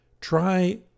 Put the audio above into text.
Try